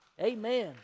Amen